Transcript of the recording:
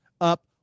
up